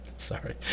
Sorry